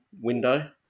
window